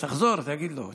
תחזור, תגיד לו.